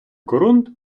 корунд